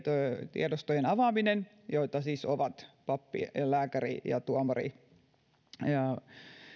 tiedostojen avaaminen joita siis ovat pappi lääkäri tuomari ja